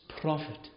prophet